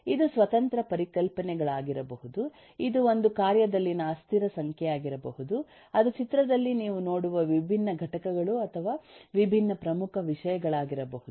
ಇದು ಸ್ವತಂತ್ರ ಪರಿಕಲ್ಪನೆಗಳಾಗಿರಬಹುದು ಇದು ಒಂದು ಕಾರ್ಯದಲ್ಲಿನ ಅಸ್ಥಿರಗಳ ಸಂಖ್ಯೆಯಾಗಿರಬಹುದು ಅದು ಚಿತ್ರದಲ್ಲಿ ನೀವು ನೋಡುವ ವಿಭಿನ್ನ ಘಟಕಗಳು ಅಥವಾ ವಿಭಿನ್ನ ಪ್ರಮುಖ ವಿಷಯಗಳಾಗಿರಬಹುದು